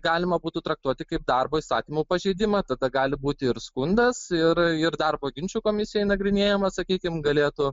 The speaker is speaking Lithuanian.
galima būtų traktuoti kaip darbo įstatymo pažeidimą tada gali būti ir skundas ir ir darbo ginčų komisijoj nagrinėjamas sakykim galėtų